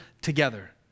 together